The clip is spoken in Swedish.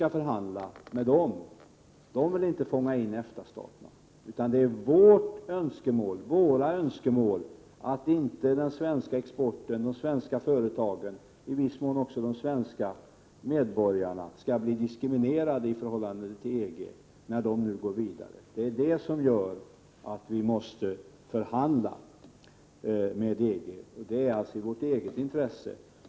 EG har inget önskemål om att fånga in EFTA staterna, utan det är vi som vill att den svenska exporten, de svenska företagen och i viss mån också de svenska medborgarna inte skall bli diskriminerade i förhållande till vad som gäller inom EG när man nu där går vidare i sitt samarbete. Det är alltså vårt eget intresse som gör att vi måste förhandla med EG.